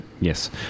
Yes